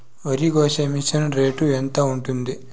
వరికోసే machine rate ఎంత ఉంటుంది?